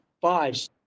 five